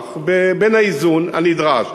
ויכוח בין האיזון הנדרש,